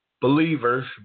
believer's